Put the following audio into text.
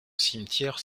cimetière